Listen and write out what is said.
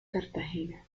cartagena